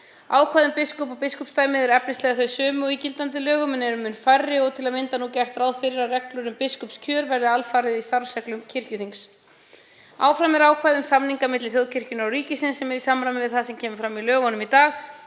Ákvæði um biskupa og biskupsdæmi eru efnislega þau sömu og í gildandi lögum en eru mun færri. Til að mynda er gert ráð fyrir að reglur um biskupskjör verði alfarið í starfsreglum kirkjuþings. Áfram er ákvæði um samninga milli þjóðkirkjunnar og ríkisins sem er í samræmi við það sem kemur fram í lögunum í dag